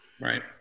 Right